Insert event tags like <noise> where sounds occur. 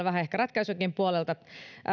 <unintelligible> vähän ratkaisujenkin puolelta